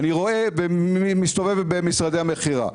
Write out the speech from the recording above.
ואני מסתובב במשרדי המכירות.